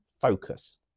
focus